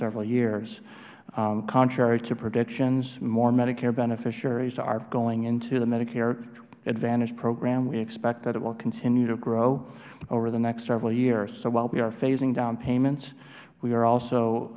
several years contrary to predictions more medicare beneficiaries are going into the medicare advantage program we expect that it will continue to grow over the next several years so while we are phasing down payments we are